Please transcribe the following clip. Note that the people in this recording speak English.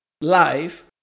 life